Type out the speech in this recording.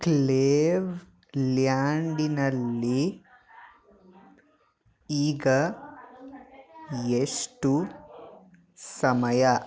ಕ್ಲೇವ್ಲ್ಯಾಂಡಿನಲ್ಲಿ ಈಗ ಎಷ್ಟು ಸಮಯ